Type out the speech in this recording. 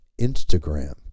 Instagram